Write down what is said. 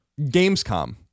Gamescom